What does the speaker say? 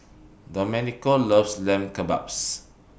Domenico loves Lamb Kebabs